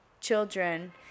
children